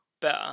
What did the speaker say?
better